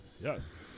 Yes